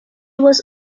was